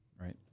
right